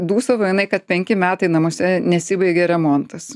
dūsavo jinai kad penki metai namuose nesibaigia remontas